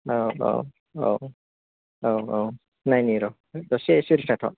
औ औ औ औ औ नायनि र' एसे सिरि थाथ'